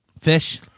Fish